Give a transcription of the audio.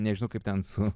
nežinau kaip ten su